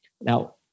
Now